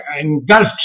engulfed